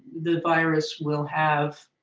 the virus will have